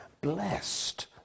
blessed